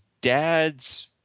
dad's